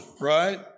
right